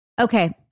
Okay